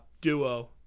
duo